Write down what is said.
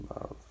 love